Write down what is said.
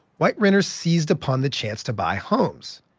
white renters seized upon the chance to buy homes,